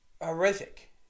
horrific